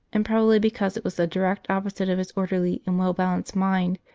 and prob ably because it was the direct opposite of his orderly and well-balanced mind,